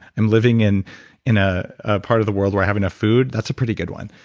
and living in in ah a part of the world where i have enough food. that's a pretty good one.